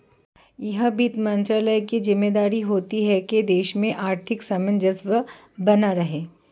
यह वित्त मंत्रालय की ज़िम्मेदारी होती है की देश में आर्थिक सामंजस्य बना रहे